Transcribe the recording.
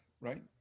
right